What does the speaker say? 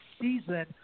season